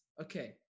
Okay